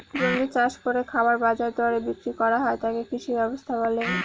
জমিতে চাষ করে খাবার বাজার দরে বিক্রি করা হয় তাকে কৃষি ব্যবস্থা বলে